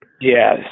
Yes